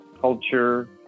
culture